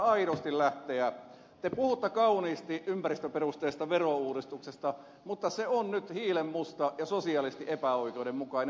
te puhutte kauniisti ympäristöperusteisesta verouudistuksesta mutta se on nyt hiilenmusta ja sosiaalisesti epäoikeudenmukainen